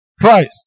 Christ